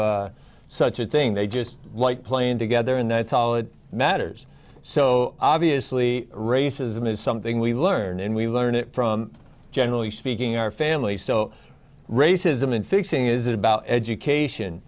such a thing they just like playing together and that's all it matters so obviously racism is something we learn and we learn it from generally speaking our family so racism in fixing is about education